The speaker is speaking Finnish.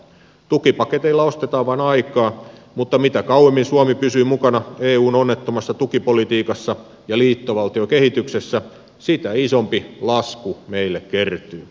tukipaketeilla ostetaan vain aikaa mutta mitä kauemmin suomi pysyy mukana eun onnettomassa tukipolitiikassa ja liittovaltiokehityksessä sitä isompi lasku meille kertyy